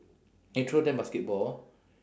intro them basketball